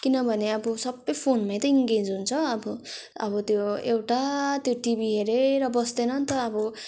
किनभने अब सबै फोनमै त इङ्गेज हुन्छ अब अब त्यो एउटा त्यो टिभी हेरेर बस्दैन नि त अब